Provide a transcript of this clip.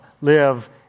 live